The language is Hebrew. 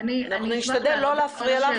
אנחנו נשתדל לא להפריע לך.